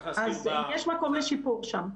אז יש מקום לשיפור שם.